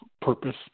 purpose